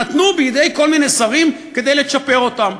נתנו בידי כל מיני שרים כדי לצ'פר אותם.